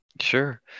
Sure